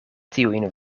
tiujn